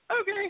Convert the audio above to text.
okay